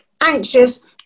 anxious